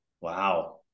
Wow